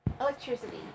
electricity